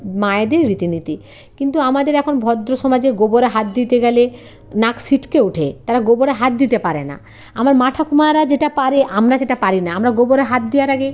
মায়েদের রীতিনীতি কিন্তু আমাদের এখন ভদ্র সমাজে গোবরে হাত দিতে গেলে নাক সিটকে উঠে তারা গোবরে হাত দিতে পারে না আমার মা ঠাকুমারা যেটা পারে আমরা সেটা পারি না আমরা গোবরে হাত দেওয়ার আগে